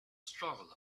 struggle